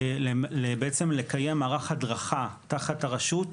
בעצם, לקיים מערך הדרכה תחת הרשות,